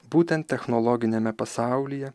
būtent technologiniame pasaulyje